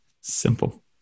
Simple